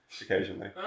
occasionally